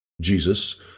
Jesus